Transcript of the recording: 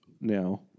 now